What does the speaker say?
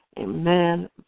Amen